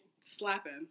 Slapping